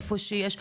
איפה שיש,